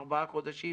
ארבעה חודשים,